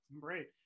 Great